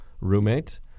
Roommate